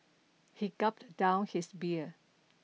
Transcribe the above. he gulped down his beer